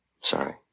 Sorry